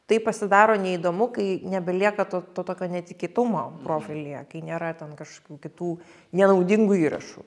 tai pasidaro neįdomu kai nebelieka to to tokio netikėtumo profilyje kai nėra ten kažkokių kitų nenaudingų įrašų